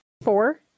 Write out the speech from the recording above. four